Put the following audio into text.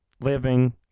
living